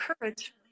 courage